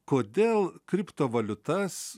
kodėl kriptovaliutas